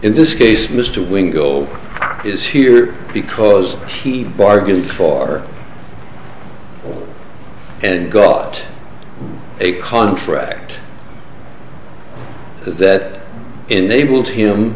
in this case mr wing go is here because he bargained for and got a contract that enables him